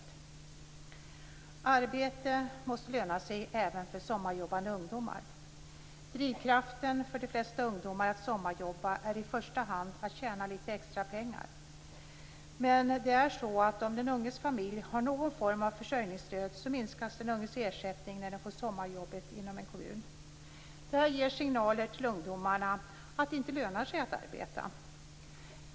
Arbete måste löna sig även för sommarjobbande ungdomar. Drivkraften för de flesta ungdomar att sommarjobba är i första hand att tjäna lite extra pengar. Men det är så att om den unges familj har någon form av försörjningsstöd, minskas den unges ersättning när den får sommarjobb inom en kommun. Det här ger signaler till ungdomarna att det inte lönar sig att arbeta.